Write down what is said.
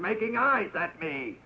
making eyes at me